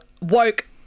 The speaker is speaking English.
woke